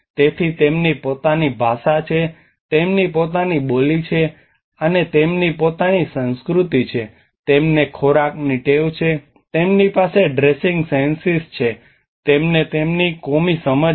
તેથી તેમની પોતાની ભાષા છે તેમની પોતાની બોલી છે તેમની પોતાની સંસ્કૃતિ છે તેમને ખોરાકની ટેવ છે તેમની પાસે ડ્રેસિંગ સેન્સીસ છે તેમને તેમની કોમી સમજ છે